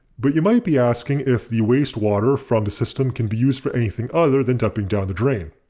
but you might be asking if the wastewater from the system can be used for anything other than dumping down the drain.